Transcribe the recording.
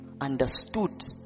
understood